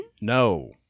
No